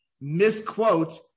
misquote